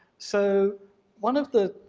so one of the